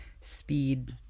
speed